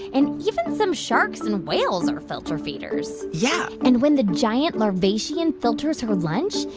and even some sharks and whales are filter feeders yeah and when the giant larvacean filters her lunch,